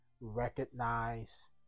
recognize